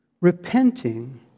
repenting